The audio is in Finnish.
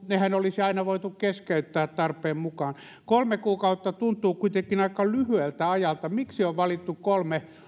nehän olisi aina voitu keskeyttää tarpeen mukaan kolme kuukautta tuntuu kuitenkin aika lyhyeltä ajalta miksi on valittu kolme